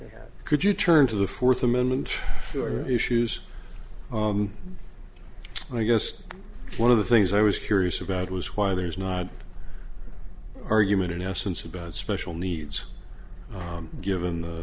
have could you turn to the fourth amendment issues and i guess one of the things i was curious about was why there is not argument in essence about special needs given the